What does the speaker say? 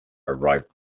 arrived